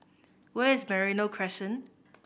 where is Merino Crescent